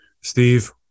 Steve